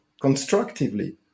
constructively